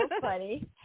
funny